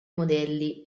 modelli